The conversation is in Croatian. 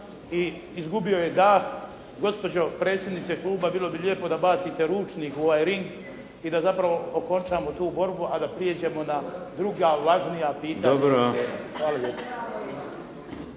i izgubio je dah. Gospođo predsjednice kluba, bilo bi lijepo da bacite … /Govornik se ne razumije./ … u ovaj ring i da zapravo okončamo tu borbu, a da prijeđemo na druga važnija pitanja.